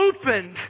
opened